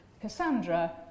Cassandra